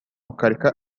mukareka